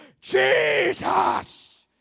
Jesus